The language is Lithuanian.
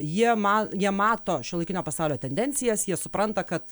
jie ma jie mato šiuolaikinio pasaulio tendencijas jie supranta kad